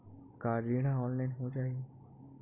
का ऋण ह ऑनलाइन हो जाही?